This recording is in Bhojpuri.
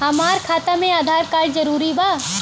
हमार खाता में आधार कार्ड जरूरी बा?